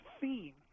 theme